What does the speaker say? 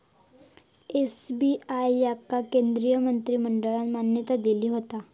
SBI याका केंद्रीय मंत्रिमंडळान मान्यता दिल्यान होता